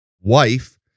Wife